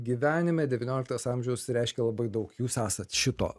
gyvenime devynioliktas amžius reiškia labai daug jūs esat šito